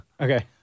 Okay